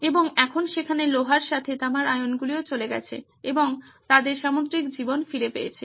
এবং এখন সেখানে লোহার সাথে তামার আয়নগুলি চলে গেছে এবং তাদের সামুদ্রিক জীবন ফিরে পেয়েছে